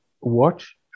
watch